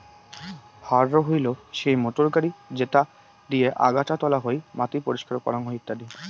harrow হইলো সেই motor গাড়ি যেটা দিয়ে আগাছা তোলা হই, মাটি পরিষ্কার করাং হই ইত্যাদি